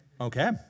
Okay